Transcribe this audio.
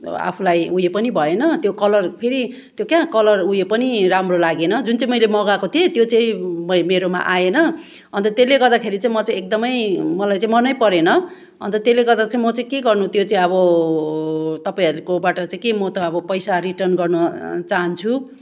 आफूलाई उयो पनि भएन त्यो कलर फेरि त्यो क्या कलर उयो पनि राम्रो लागेन जुन चाहिँ मैले मगाएको थिएँ त्यो चाहिँ मेरोमा आएन अन्त त्यसले गर्दाखेरि चाहिँ म चाहिँ एकदमै मलाई चाहिँ मनै परेन अन्त त्यसले गर्दा चाहिँ म चाहिँ के गर्नु त्यो चाहिँ अब तपाईँहरूकोबाट चाहिँ के म त अब पैसा रिटर्न गर्न चाहन्छु